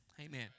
Amen